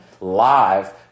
live